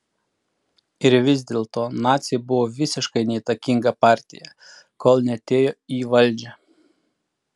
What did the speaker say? ir vis dėlto naciai buvo visiškai neįtakinga partija kol neatėjo į valdžią